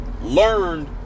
learned